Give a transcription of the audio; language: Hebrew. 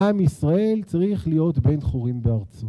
‫עם ישראל צריך להיות ‫בין חורין בארצו.